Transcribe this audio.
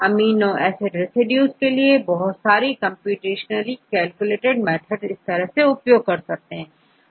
amino acid residue में बहुत सारी कंप्यूटेशनली कैलकुलेटेड वैल्यू होती है